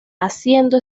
haciendo